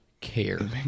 care